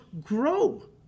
grow